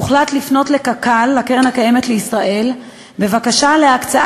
הוחלט לפנות לקרן קיימת לישראל בבקשה להקצות